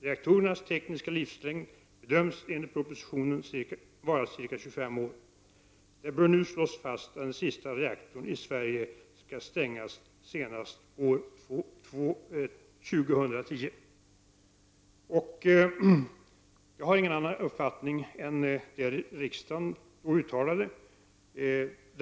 Reaktorernas tekniska livslängd bedöms enligt propositionen vara 25 år. Det bör nu slås fast att den sista reaktorn i Sverige skall stängas senast år 2010.” Jag har ingen annan uppfattning än den riksdagen då uttalade.